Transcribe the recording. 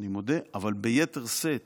אני מודה, אבל ביתר שאת